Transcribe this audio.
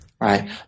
right